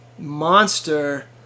monster